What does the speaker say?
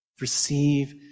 Receive